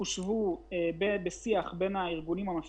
אתה יודע שיש קבוצה מסוימת שהעלויות שלה הן שני x,